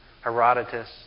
Herodotus